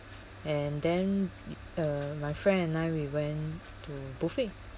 and then uh my friend and I we went to buffet